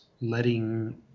letting